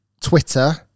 twitter